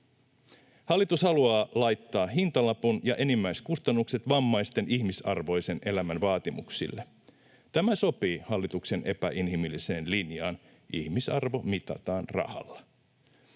Hallitus haluaa laittaa hintalapun ja enimmäiskustannukset vammaisten ihmisarvoisen elämän vaatimuksille. Tämä sopii hallituksen epäinhimilliseen linjaan: ihmisarvo mitataan rahalla.